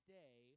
day